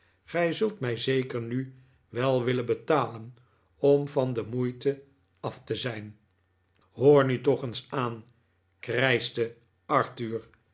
gij zult mij zeker nu wel willen betalen om van de moeite af te zijn hoor nu toch eens aan krijschte arthur